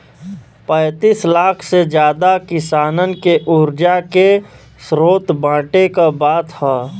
पैंतीस लाख से जादा किसानन के उर्जा के स्रोत बाँटे क बात ह